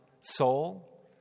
soul